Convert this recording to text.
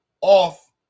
off